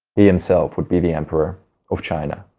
he himself would be the emperor of china.